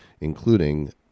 including